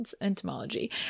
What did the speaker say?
entomology